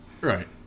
Right